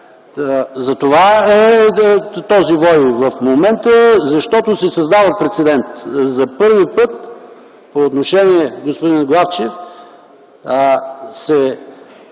Затова е този вой в момента – защото се създава прецедент. За първи път, господин Главчев, се